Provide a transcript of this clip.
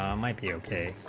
um like be ok